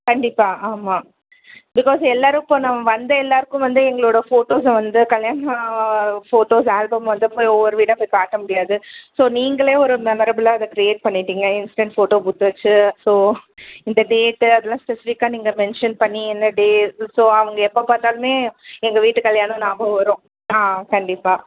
கண்டிப்பாக ஆமாம் பிகாஸ் எல்லாேரும் இப்போ நம்ம வந்த எல்லாேருக்கும் வந்து எங்களோடய ஃபோட்டோஸை வந்து கல்யாணம் ஃபோட்டோஸ் ஆல்பம் வந்தப்போ ஒவ்வொரு வீடாக போய் காட்ட முடியாது ஸோ நீங்களே ஒரு மெமரபுல்லாக இதை க்ரியேட் பண்ணிவிட்டிங்க இன்ஸ்டன்ட் ஃபோட்டோ பூத்து வச்சு ஸோ இந்த டேட்டு அதெல்லாம் ஸ்பெசிஃபிக்காக நீங்கள் மென்ஷன் பண்ணி என்ன டே ஸோ அவங்க எப்போ பார்த்தாலுமே எங்கள் வீட்டு கல்யாணம் ஞாபகம் வரும் ஆ கண்டிப்பாக